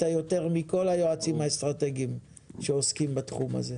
יותר מכל היועצים האסטרטגיים שעוסקים בתחום הזה.